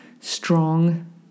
strong